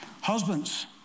Husbands